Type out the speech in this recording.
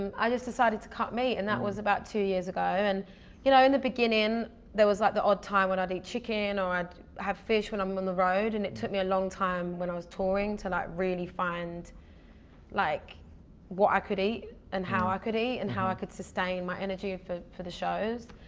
um i just decided to cut meat and that was about two years ago. and you know, in the beginning there was like the odd time where i'd eat chicken or i'd have fish when i'm on the road and it took me a long time when i was touring to like really find like what i could eat and how i could eat and how i could sustain my energy for for the shows.